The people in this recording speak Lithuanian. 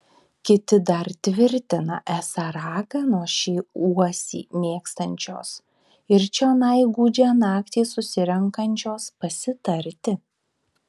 kiti dar tvirtina esą raganos šį uosį mėgstančios ir čionai gūdžią naktį susirenkančios pasitarti